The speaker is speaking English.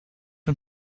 and